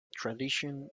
tradition